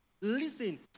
Listen